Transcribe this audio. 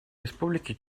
республики